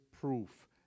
proof